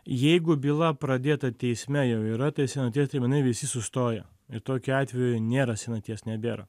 jeigu byla pradėta teisme jau yra tai senaties terminai visi sustojo ir tokiu atveju nėra senaties nebėra